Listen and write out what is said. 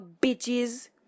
bitches